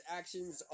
actions